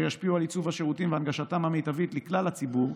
ישפיעו על עיצוב השירותים והנגשתם המיטבית לכלל הציבור,